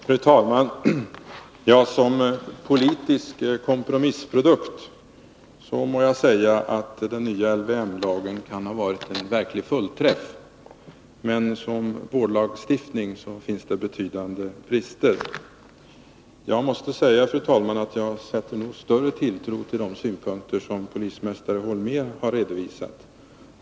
Fru talman! Som politisk kompromissprodukt kan LVM ha varit en verklig fullträff, men som vårdlagstiftning har den betydande brister. Jag måste säga, fru talman, att jag nog sätter större tilltro till de synpunkter som polismästare Holmér har redovisat.